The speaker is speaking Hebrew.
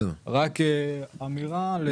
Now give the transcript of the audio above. אני חושב שאת מה